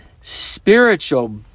spiritual